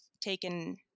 taken